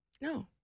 No